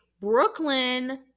brooklyn